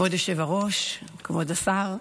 כבוד היושב-ראש, כבוד השר,